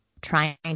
trying